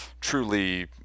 truly